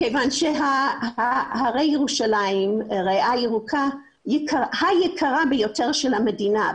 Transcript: כיוון שהרי ירושלים הם ריאה ירוקה היקרה ביותר של המדינה,